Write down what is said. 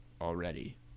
already